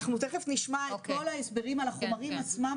אנחנו תיכף נשמע את כל ההסברים על החומרים עצמם,